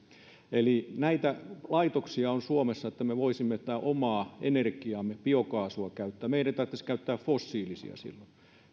eli näitä laitoksia on suomessa niin että me voisimme tätä omaa energiaamme biokaasua käyttää eikä meidän tarvitsisi käyttää fossiilisia silloin